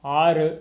ஆறு